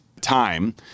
time